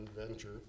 adventure